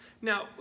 Now